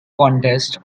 contests